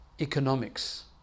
economics